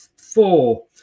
four